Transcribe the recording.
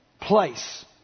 place